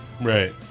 Right